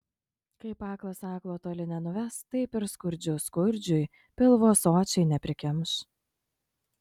kaip aklas aklo toli nenuves taip ir skurdžius skurdžiui pilvo sočiai neprikimš